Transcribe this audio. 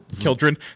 children